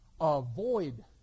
avoid